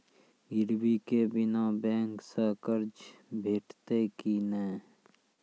गिरवी के बिना बैंक सऽ कर्ज भेटतै की नै?